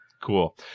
Cool